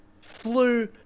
flew